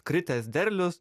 kritęs derlius